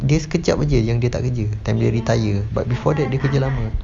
dia sekejap saje yang dia kerja time dia retire but before that dia kerja lama